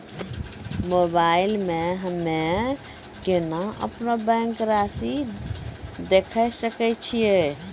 Mobile मे हम्मय केना अपनो बैंक रासि देखय सकय छियै?